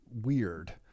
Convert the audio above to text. weird